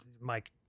Mike